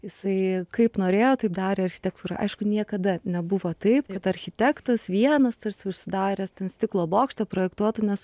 jisai kaip norėjo taip darė architektūrą aišku niekada nebuvo taip kad architektas vienas tarsi užsidaręs ten stiklo bokšte projektuotų nes